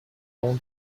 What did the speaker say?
own